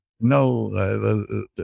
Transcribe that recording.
No